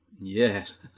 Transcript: Yes